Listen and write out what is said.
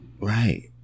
Right